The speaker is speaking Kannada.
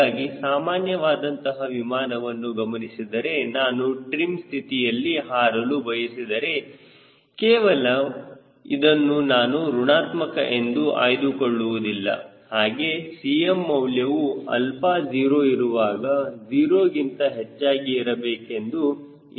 ಹೀಗಾಗಿ ಸಾಮಾನ್ಯ ವಾದಂತಹ ವಿಮಾನವನ್ನು ಗಮನಿಸಿದರೆ ನಾನು ಈ ಟ್ರಿಮ್ ಸ್ಥಿತಿಯಲ್ಲಿ ಹಾರಲು ಬಯಸಿದರೆ ಕೇವಲ ಇದನ್ನು ನಾನು ಋಣಾತ್ಮಕ ಎಂದು ಆಯ್ದುಕೊಳ್ಳುವುದಿಲ್ಲ ಹಾಗೆ Cm ಮೌಲ್ಯವು ಆಲ್ಫಾ 0 ಇರುವಾಗ 0 ಗಿಂತ ಹೆಚ್ಚಾಗಿ ಇರಬೇಕೆಂದು ಇಚ್ಚಿಸುತ್ತೇನೆ